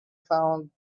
found